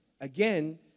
Again